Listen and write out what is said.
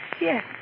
Yes